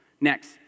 Next